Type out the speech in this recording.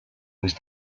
nicht